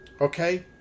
Okay